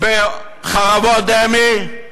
בחרבות דמה: